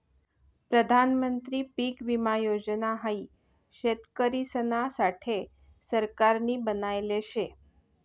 प्रधानमंत्री पीक विमा योजना हाई शेतकरिसना साठे सरकारनी बनायले शे